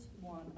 one